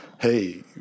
Hey